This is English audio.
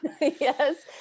yes